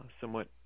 somewhat